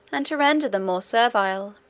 and to render them more servile.